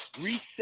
reset